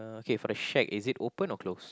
uh okay for the shack is it open or closed